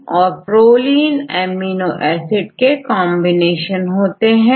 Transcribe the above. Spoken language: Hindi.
अधिकतर हाइड्रॉक्सीप्रोलाइन ग्लाइसिन और प्रोलीन अमीनो एसिड के कॉमिनेशन होते हैं